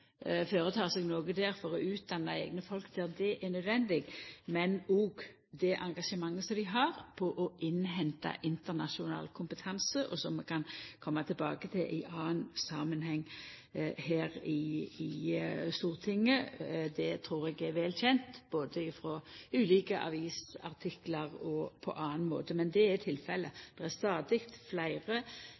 seg noko der for å utdanna eigne folk der det er nødvendig, og for det engasjementet som vi har for å innhenta internasjonal kompetanse, som vi kan koma tilbake til i annan samanheng her i Stortinget. Det trur eg er vel kjent, både frå ulike avisartiklar og på annan måte. Men det er tilfellet, det er stadig fleire